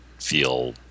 feel